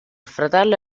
fratello